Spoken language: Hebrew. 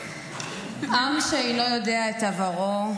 "עם שאינו יודע את עברו,